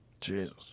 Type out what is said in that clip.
Jesus